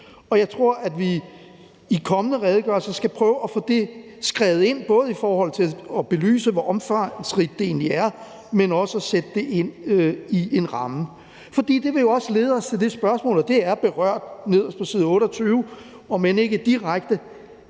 Jeg tror, at vi i kommende redegørelser skal prøve at få det skrevet ind, både forhold til at belyse, hvor omfangsrigt det egentlig er, men også i forhold til at få det sat ind i en ramme, fordi det jo også vil lede os til spørgsmålet, og det er, om ikke direkte,